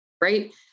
right